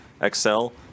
excel